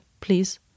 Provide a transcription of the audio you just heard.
please